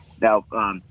Now